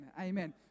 Amen